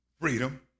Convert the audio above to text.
freedom